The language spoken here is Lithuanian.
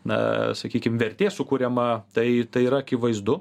na sakykim vertė sukuriama tai yra akivaizdu